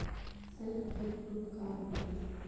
Self help group का होखेला?